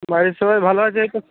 বাড়ির সবাই ভালো আছে এই তো